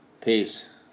Peace